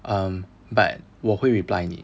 um but 我会你